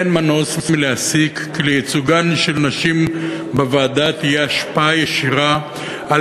אין מנוס מלהסיק כי לייצוגן של נשים בוועדה תהיה השפעה ישירה על